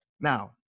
Now